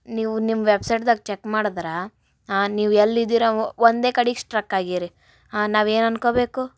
ನೀವು ನಿಮ್ಮ ವೆಬ್ಸೈಟ್ದಾಗ ಚೆಕ್ ಮಾಡದ್ರೆ ನೀವು ಎಲ್ಲಿದ್ದೀರಾ ಒಂದೇ ಕಡೆ ಸ್ಟ್ರಕ್ ಆಗೀರಿ ನಾವೇನು ಅಂದ್ಕೊಬೇಕು